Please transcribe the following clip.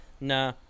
Nah